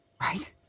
right